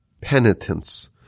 penitence